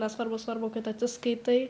nesvarbu svarbu kad atsiskaitai